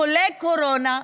חולה קורונה,